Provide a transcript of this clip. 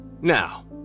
Now